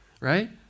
right